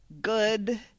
good